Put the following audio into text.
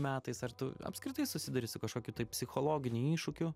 metais ar tu apskritai susiduri su kažkokiu psichologiniu iššūkiu